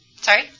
Sorry